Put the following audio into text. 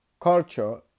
culture